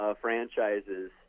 franchises